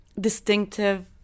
distinctive